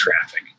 traffic